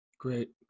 Great